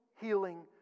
healing